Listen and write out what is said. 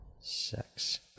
sex